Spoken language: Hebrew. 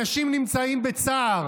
אנשים נמצאים בצער,